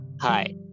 Hi